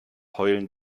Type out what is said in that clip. heulen